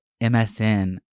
MSN